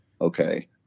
okay